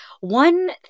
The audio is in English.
One